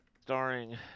Starring